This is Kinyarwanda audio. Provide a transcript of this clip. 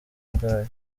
bwayo